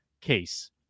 case